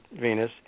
Venus